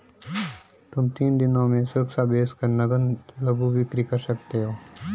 तुम तीन दिनों में सुरक्षा बेच कर नग्न लघु बिक्री कर सकती हो